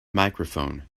microphone